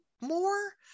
more